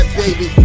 baby